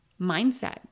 mindset